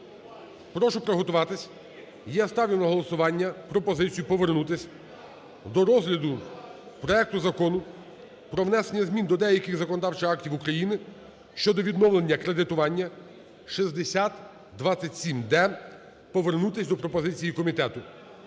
Прошу приготуватись. Я ставлю на голосування пропозицію повернутись до розгляду проекту Закону про внесення змін до деяких законодавчих актів України щодо відновлення кредитування (6027-д) повернутися до пропозиції комітету.